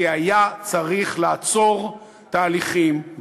כי היה צריך לעצור תהליכים,